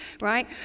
right